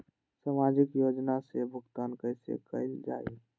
सामाजिक योजना से भुगतान कैसे कयल जाई?